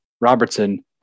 Robertson